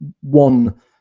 one